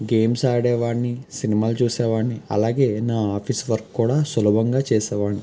games ఆడేవాడిని సినిమాలు చూసేవాడిని అలాగే నా ఆఫీస్ వర్క్ కూడా సులభంగా చేసేవాడిని